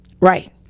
right